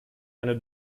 eine